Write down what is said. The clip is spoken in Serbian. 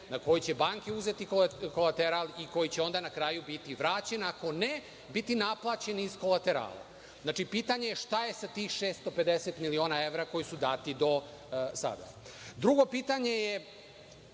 na koji će banke uzeti kolateral i koji će onda na kraju biti vraćen, ako ne, biti naplaćen iz kolaterala. Znači, pitanje je – šta je sa tih 650 miliona evra koji su dati do sada? Drugo pitanje,